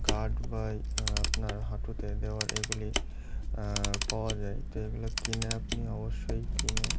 guard বা এই আপনার হাঁটুতে দেওয়ার এগুলি পাওয়া যায় তো এগুলো কিনে আপনি অবশ্যই কিনে